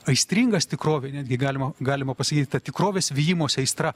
aistringas tikrovei netgi galima galima pasakyti ta tikrovės vijimosi aistra